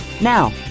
Now